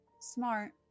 smart